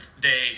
day